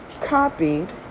copied